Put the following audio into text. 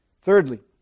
Thirdly